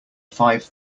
five